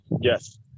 Yes